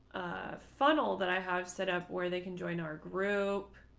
funnel that i have set up where they can join our group.